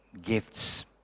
Gifts